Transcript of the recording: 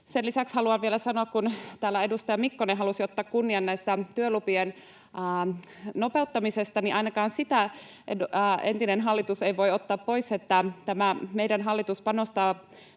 Sen lisäksi haluan vielä sanoa, kun täällä edustaja Mikkonen halusi ottaa kunnian työlupien nopeuttamisesta, että ainakaan sitä entinen hallitus ei voi ottaa pois, että tämä meidän hallitus panostaa